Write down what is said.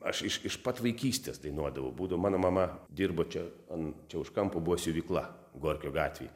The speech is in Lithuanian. aš iš iš pat vaikystės dainuodavau būdo mano mama dirbo čia ant čia už kampo buvo siuvykla gorkio gatvėj